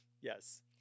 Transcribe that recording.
yes